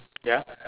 ya